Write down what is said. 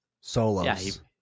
Solos